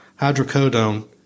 hydrocodone